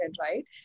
right